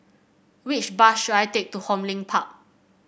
which bus should I take to Hong Lim Park